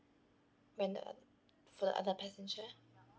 when um for the other passenger